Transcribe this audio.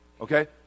Okay